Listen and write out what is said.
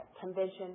convention